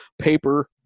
paper